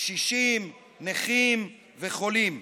קשישים, נכים וחולים.